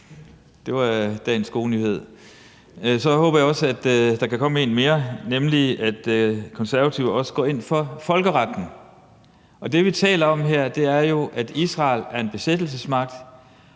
det var dagens gode nyhed. Så håber jeg også, at der kan komme en mere, nemlig at De Konservative også går ind for folkeretten. Det, vi taler om her, er jo, at Israel er en besættelsesmagt